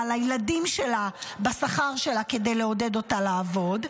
לילדים שלה בשכר שלה כדי לעודד אותה לעבוד,